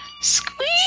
squeeze